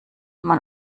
man